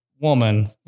woman